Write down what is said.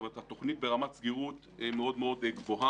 זאת אומרת, התוכנית ברמת סגירות מאוד מאוד גבוהה.